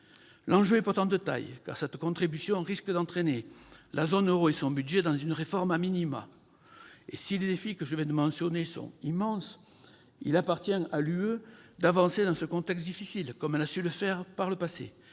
L'enjeu est pourtant de taille, car cette contribution risque d'entraîner la zone euro et son budget dans une réforme. Si les défis que je viens de mentionner sont immenses, il appartient à l'Union européenne d'avancer dans ce contexte difficile, comme elle a su le faire dans le passé.